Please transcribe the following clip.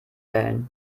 wählen